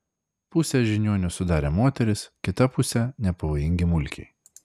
pusę žiniuonių sudarė moterys kitą pusę nepavojingi mulkiai